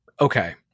okay